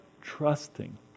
trusting